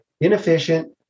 inefficient